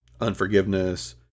unforgiveness